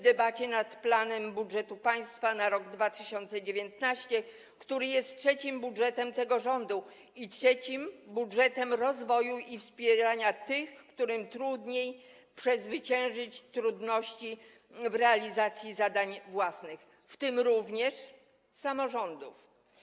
Debatujemy nad planem budżetu państwa na rok 2019, który jest trzecim budżetem tego rządu i trzecim budżetem rozwoju i wspierania tych, którym trudniej przezwyciężyć trudności w realizacji zadań własnych, w tym również samorządów.